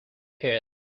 here